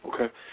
Okay